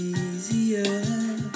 easier